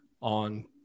on